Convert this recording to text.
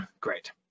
great